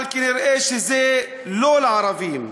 אבל כנראה זה לא לערבים.